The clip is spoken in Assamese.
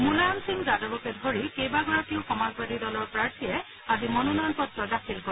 মূলায়ম সিং যাদৱকে ধৰি কেইবাগৰাকী সমাজবাদী দলৰ প্ৰাৰ্থীয়ে আজি মনোনয়ন পত্ৰ দাখিল কৰে